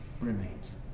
remains